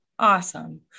Awesome